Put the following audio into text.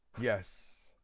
Yes